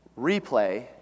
replay